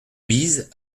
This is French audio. bise